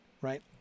Right